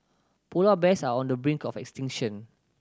polar bears are on the brink of extinction